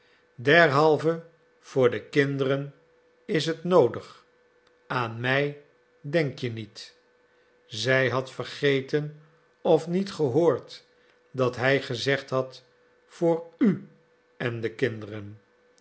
derhalve voor de kinderen is het noodig aan mij denk je niet zij had vergeten of niet gehoord dat hij gezegd had voor u en de kinderen